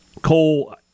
Cole